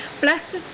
Blessed